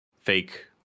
fake